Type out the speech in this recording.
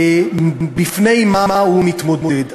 עם מה הוא מתמודד.